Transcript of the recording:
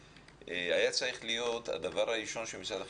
היה צריך להיות הדבר הראשון של משרד החינוך.